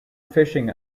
fishing